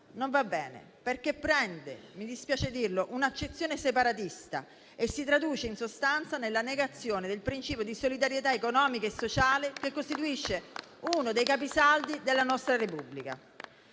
non va bene, perché - mi dispiace dirlo - prende un'accezione separatista e si traduce in sostanza nella negazione del principio di solidarietà economica e sociale che costituisce uno dei capisaldi della nostra Repubblica.